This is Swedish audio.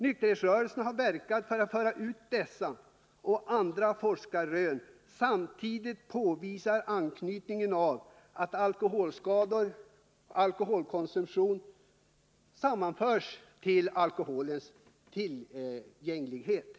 Nykterhetsrörelsen har länge verkat för att föra ut dessa rön liksom andra forskarrön. Samtidigt påvisar man knytningen av alkoholskador och alkoholkonsumtion till alkoholens tillgänglighet.